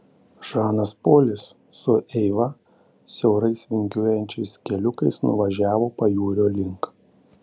žanas polis su eiva siaurais vingiuojančiais keliukais nuvažiavo pajūrio link